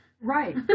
right